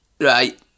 right